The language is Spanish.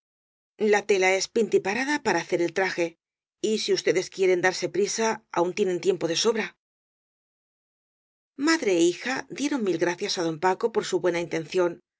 la tela es pintipa rada para hacer el traje y si ustedes quieren darse prisa aun tienen tiempo de sobra madre é hija dieron mil gracias á don paco por su buena intención